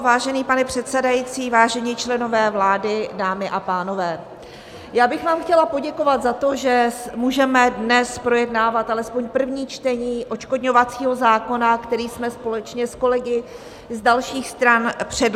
Vážený pane předsedající, vážení členové vlády, dámy a pánové, chtěla bych vám poděkovat za to, že můžeme dnes projednávat alespoň první čtení odškodňovacího zákona, který jsme společně s kolegy z dalších stran předložili.